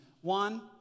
One